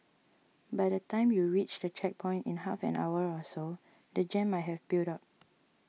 by the time you reach the checkpoint in half an hour or so the jam might have built up